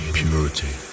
purity